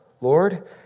Lord